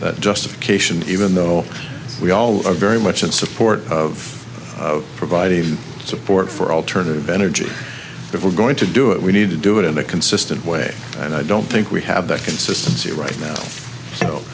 that justification even though we all are very much in support of providing support for alternative energy if we're going to do it we need to do it in a consistent way and i don't think we have that consistency right